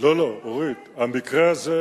שלא מתמודדים אתם, לא, זה לא תקציב.